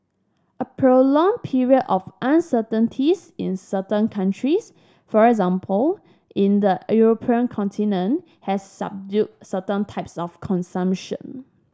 a prolonged period of uncertainties in certain countries for example in the European continent has subdued certain types of consumption